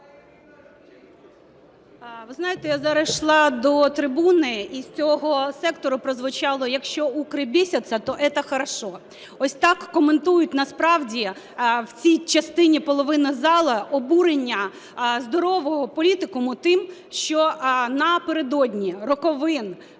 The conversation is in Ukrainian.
Ви знаєте, я зараз йшла до трибуни і з цього сектора прозвучало: "Якщо "укры" бесятся, то это хорошо". Ось так коментує насправді в цій частині половині залу обурення здорового політикуму тим, що напередодні роковин